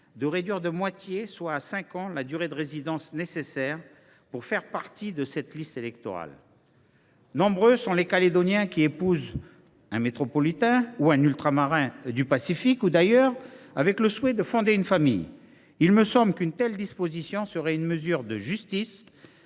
de réduire de moitié, soit à cinq ans, la durée de résidence nécessaire pour faire partie de cette liste électorale. Nombreux sont les Calédoniens qui épousent un métropolitain ou un Ultramarin du Pacifique ou d’ailleurs avec le souhait de fonder une famille. Il me semble qu’une telle disposition serait une mesure de justice